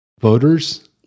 voters